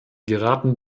geraten